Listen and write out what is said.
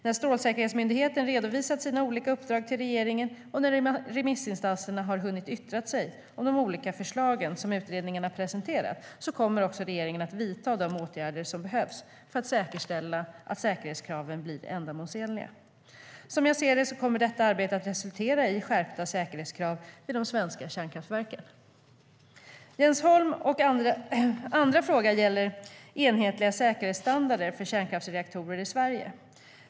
När Strålsäkerhetsmyndigheten redovisat sina olika uppdrag till regeringen och när remissinstanserna har hunnit yttra sig om de olika förslagen som utredningarna presenterat kommer regeringen att vidta de åtgärder som behövs för att säkerställa att säkerhetskraven blir ändamålsenliga. Som jag ser det kommer detta arbete att resultera i skärpta säkerhetskrav vid de svenska kärnkraftverken. Jens Holms andra fråga gäller enhetliga säkerhetsstandarder för kärnkraftsreaktorer i Sverige.